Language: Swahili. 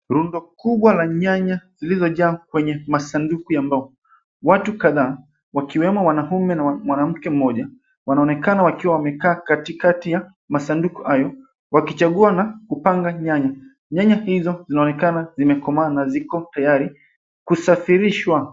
Rundo kubwa la nyanya lililojaa kwenye masanduku ya mbao. Watu kadhaa wakiwemo wanaume na mwanamke mmoja, wanaonekana wakiwa wamekaa katikati ya masanduku hayo wakichagua na kupanga nyanya. Nyanya hizo zinaonekana zimekomaa na ziko tayari kusafirishwa.